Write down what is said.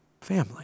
family